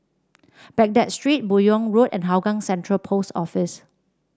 Baghdad Street Buyong Road and Hougang Central Post Office